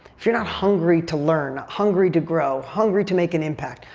if you're not hungry to learn, hungry to grow, hungry to make an impact,